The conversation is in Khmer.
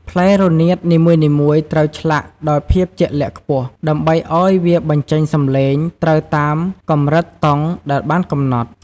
ផ្លែរនាតនីមួយៗត្រូវឆ្លាក់ដោយភាពជាក់លាក់ខ្ពស់ ដើម្បីឲ្យវាបញ្ចេញសម្លេងត្រូវតាមកម្រិតតុងដែលបានកំណត់។